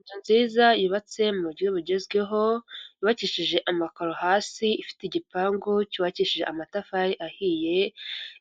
Inzu nziza yubatse mu buryo bugezweho, yubakishije amakaro hasi, ifite igipangu cyubakishije amatafari ahiye,